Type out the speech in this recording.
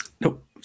Nope